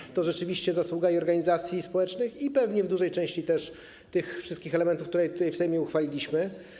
I to rzeczywiście zasługa i organizacji społecznych, i pewnie w dużej części też tych wszystkich elementów, które tutaj w Sejmie uchwaliliśmy.